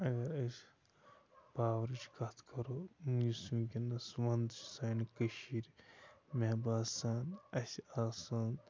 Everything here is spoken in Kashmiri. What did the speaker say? اگر أسۍ پاورٕچ کَتھ کَرو یُس وٕنۍکٮ۪نَس ونٛدٕ چھُ سانہِ کٔشیٖرِ مےٚ باسان اَسہِ آسہٕ ہن